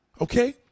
Okay